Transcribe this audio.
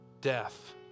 death